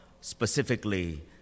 specifically